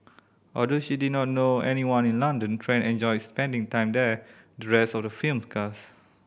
although she did not know anyone in London Tran enjoyed spending time there with the rest of the film's cast